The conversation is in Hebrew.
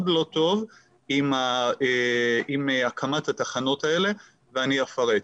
לא טוב עם הקמת התחנות האלה ואני אפרט.